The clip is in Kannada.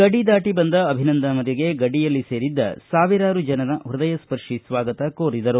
ಗಡಿ ದಾಟಿ ಬಂದ ಅಭಿನಂದನ್ ಅವರಿಗೆ ಗಡಿಯಲ್ಲಿ ಸೇರಿದ್ದ ಸಾವಿರಾರು ಜನ ಪೃದಯಸ್ವರ್ಶಿ ಸ್ವಾಗತ ಕೋರಿದರು